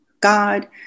God